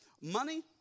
money